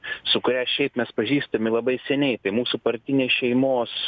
su kuria šiaip mes pažįstami labai seniai tai mūsų partinė šeimos